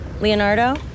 Leonardo